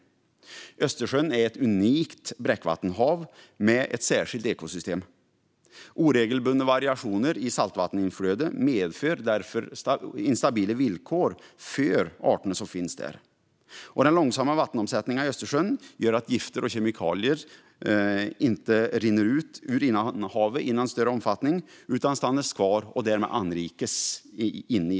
Östersjön är ett unikt bräckvattenhav med ett särskilt ekosystem. Oregelbundna variationer i saltvatteninflödet medför därför instabila villkor för de arter som finns där. Den långsamma vattenomsättningen i Östersjön gör att gifter och kemikalier inte rinner ut ur innanhavet i någon större omfattning utan stannar kvar och anrikas.